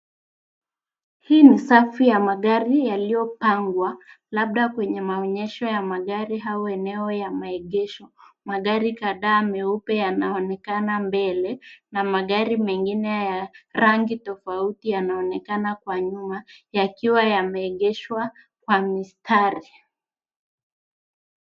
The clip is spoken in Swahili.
Hii ni safu ya magari yaliyopangwa labda kwenye maonyesho ya magari au eneo ya maegesho . Magari kadhaa meupe yanaonekana mbele na mengine ya rangi tofauti yanaonekana kwa nyuma yakiwa yameegeshwa kwa mistari.